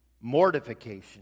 Mortification